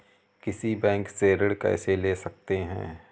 किसी बैंक से ऋण कैसे ले सकते हैं?